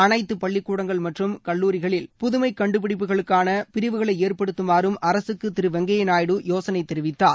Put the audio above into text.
அனைத்து பள்ளிக்கூடங்கள் மற்றும் கல்லூரிகளில் புதுமை கண்டுபிடிப்புகளுக்கான பிரிவுகளை ஏற்படுக்கமாறம் அரசுக்கு திரு வெங்கய்ய நாயுடு யோசனை தெரிவித்தார்